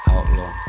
Outlaw